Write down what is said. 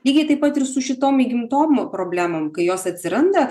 lygiai taip pat ir su šitom įgimtom problemom kai jos atsiranda